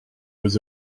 was